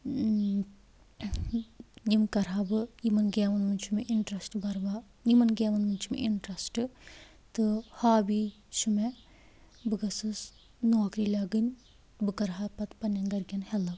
یِم کَرہا بہٕ یِمَن گیمَن منٛز چھُ مےٚ اِنٹرٛسٹ بَربا یِمَن گیمَن منٛز چھُ مےٚ اِنٹرٛسٹ تہٕ ہابی چھِ مےٚ بہٕ گٔژھٕس نوکری لَگٕنۍ بہٕ کَرہا پَتہٕ پنٛنٮ۪ن گَرکٮ۪ن ہٮ۪لٕپ